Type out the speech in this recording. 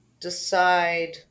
decide